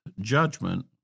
judgment